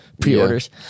pre-orders